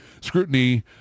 scrutiny